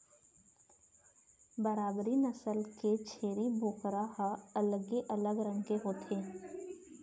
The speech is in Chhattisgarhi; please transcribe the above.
बारबरी नसल के छेरी बोकरा ह अलगे अलग रंग के होथे